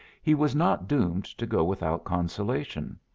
he was not doomed to go without consolation.